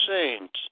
saints